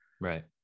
Right